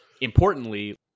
importantly